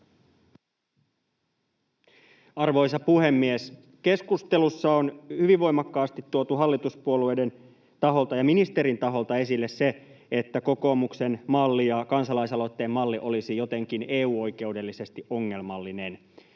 Arvoisa puhemies! Keskustelussa on hyvin voimakkaasti tuotu hallituspuolueiden taholta ja ministerin taholta esille se, että kokoomuksen malli ja kansalaisaloitteen malli olisi jotenkin EU-oikeudellisesti ongelmallinen,